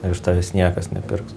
iš tavęs niekas nepirks